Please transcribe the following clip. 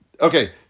Okay